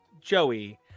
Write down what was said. Joey